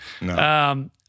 No